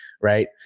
right